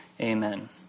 Amen